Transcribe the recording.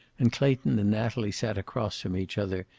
and clayton and natalie sat across from each other,